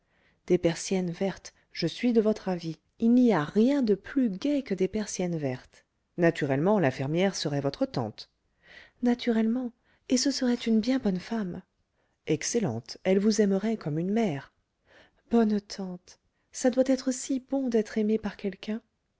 des persiennes vertes je suis de votre avis il n'y a rien de plus gai que des persiennes vertes naturellement la fermière serait votre tante naturellement et ce serait une bien bonne femme excellente elle vous aimerait comme une mère bonne tante ça doit être si bon d'être aimée par quelqu'un